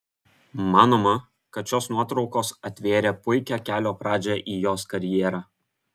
manoma kad šios nuotraukos atvėrė puikią kelio pradžią į jos karjerą